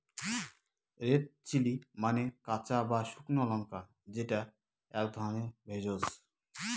red chilli মানে কাঁচা বা শুকনো লঙ্কা যেটা এক ধরনের ভেষজ